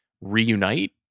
reunite